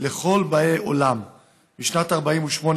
לכל באי עולם בשנת 1948,